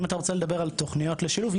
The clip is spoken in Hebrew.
אם אתה רוצה לדבר על תוכניות לשילוב,